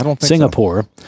Singapore